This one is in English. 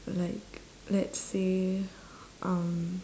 like let's say um